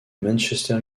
manchester